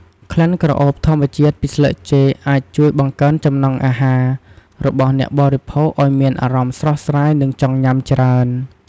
ក្លិនក្រអូបធម្មជាតិពីស្លឹកចេកអាចជួយ បង្កើនចំណង់អាហារ របស់អ្នកបរិភោគឱ្យមានអារម្មណ៍ស្រស់ស្រាយ និងចង់ញ៉ាំច្រើន។